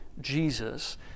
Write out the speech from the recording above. Jesus